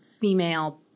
female